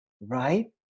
right